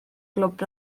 glwb